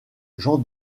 jean